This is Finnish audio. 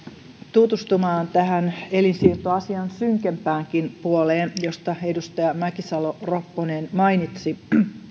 tutustumaan elinsiirtoasian synkempäänkin puoleen josta edustaja mäkisalo ropponen mainitsi